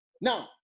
Now